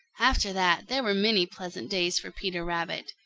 after that there were many pleasant days for peter rabbit.